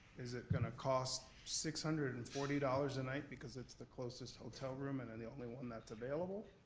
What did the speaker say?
is it gonna cost six hundred and forty dollars a night because it's the closest hotel room and and the only one that's available?